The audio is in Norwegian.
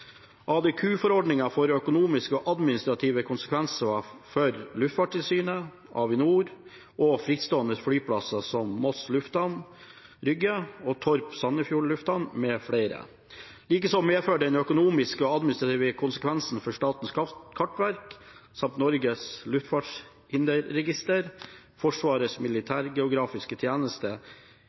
økonomiske og administrative konsekvenser for Luftfartstilsynet, Avinor og frittstående flyplasser som Moss Lufthavn Rygge og TORP Sandefjord lufthavn mf1. Likeså medfører den økonomiske og administrative konsekvenser for Statens kartverk samt Nasjonalt register over luftfartshindre og Forsvarets militærgeografiske tjeneste